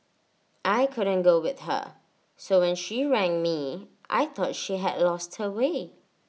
I couldn't go with her so when she rang me I thought she had lost her way